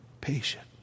patient